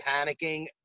panicking